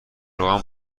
روغن